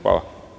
Hvala.